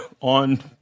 on